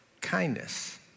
Kindness